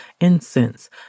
incense